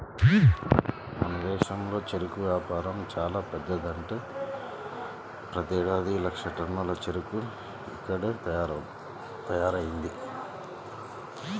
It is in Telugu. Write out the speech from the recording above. మన దేశంలో చెరుకు వ్యాపారం చానా పెద్దదంట, ప్రతేడాది లక్షల టన్నుల చెరుకు ఇక్కడ్నే తయారయ్యిద్ది